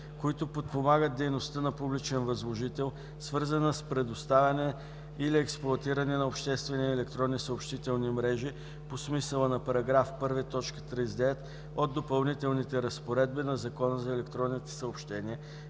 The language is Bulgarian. които подпомагат дейността на публичен възложител, свързана с предоставяне или експлоатиране на обществени електронни съобщителни мрежи по смисъла на § 1, т. 39 от допълнителните разпоредби на Закона за електронните съобщения,